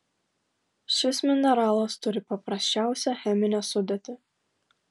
šis mineralas turi paprasčiausią cheminę sudėtį